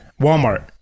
Walmart